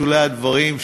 בשולי הדברים,